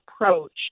approach